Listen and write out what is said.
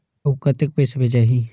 अउ कतेक पइसा भेजाही?